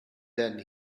then